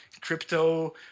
crypto